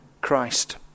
Christ